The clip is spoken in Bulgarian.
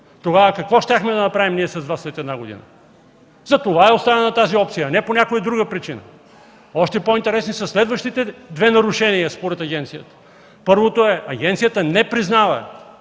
тогава какво щяхме да направим ние с Вас след една година? Затова е оставена тази опция, а не по някоя друга причина. Още по-интересни са следващите две нарушения, според агенцията. Първото е: агенцията не признава